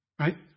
Right